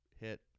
hit